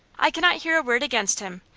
i cannot hear a word against him.